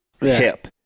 hip